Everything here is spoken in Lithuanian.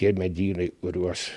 tie medynai kuriuos